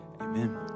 Amen